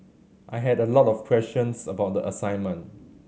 I had a lot of questions about the assignment